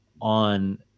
on